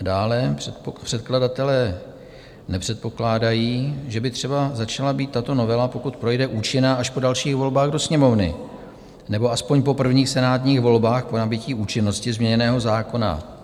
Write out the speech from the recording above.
Dále předkladatelé nepředpokládají, že by třeba začala být tato novela, pokud projde, účinná až po dalších volbách do Sněmovny, nebo aspoň po prvních senátních volbách po nabytí účinnosti změněného zákona.